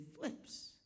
flips